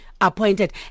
appointed